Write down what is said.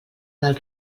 del